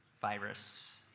virus